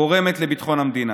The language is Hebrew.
גורמת לביטחון המדינה.